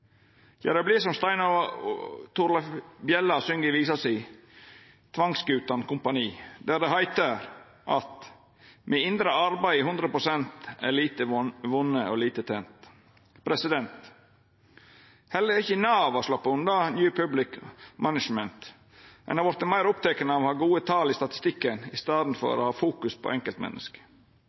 Ja, det blir som Stein Torleif Bjella syng om i visa «Tvangsgutan kompani», der det heiter: «Med indre arbeid i hundre prosent er lite vunne og lite tent.» Heller ikkje Nav har sloppe unna New Public Management. Ein har vorte meir oppteken av å ha gode tal i statistikken enn å fokusera på